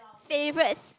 favourites